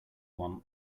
want